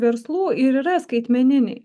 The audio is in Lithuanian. verslų ir yra skaitmeniniai